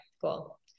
Cool